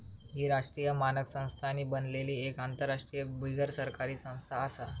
ही राष्ट्रीय मानक संस्थांनी बनलली एक आंतरराष्ट्रीय बिगरसरकारी संस्था आसा